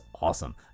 awesome